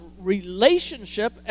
relationship